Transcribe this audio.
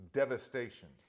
devastation